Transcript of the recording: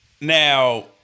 Now